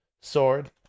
sword